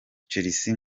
chelsea